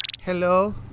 hello